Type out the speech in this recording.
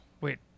Wait